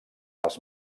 les